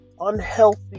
unhealthy